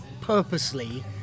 purposely